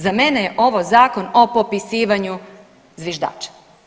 Za mene je ovo zakon o popisivanju zviždača.